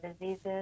diseases